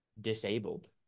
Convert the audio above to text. disabled